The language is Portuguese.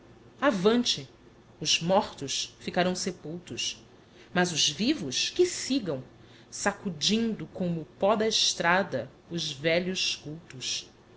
avante os mortos ficarão sepultos mas os vivos que sigam sacudindo como o pó da estrada os velhos cultos